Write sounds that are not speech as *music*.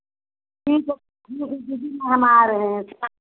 ठीक है ठीक है दीदी हम आ रहें है *unintelligible*